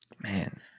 Man